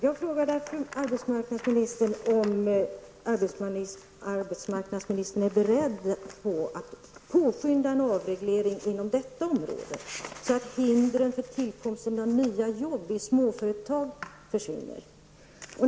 Jag frågar därför arbetsmarknadsministern om hon är beredd att påskynda en avreglering inom detta område, så att hindren för tillkomsten av nya jobb i småföretag försvinner.